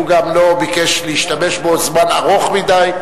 הוא גם לא ביקש להשתמש בו זמן ארוך מדי,